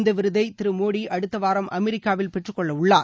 இந்த விருதை திரு மோடி அடுத்த வாரம் அமெரிக்காவில் பெற்றுக்கொள்ள உள்ளார்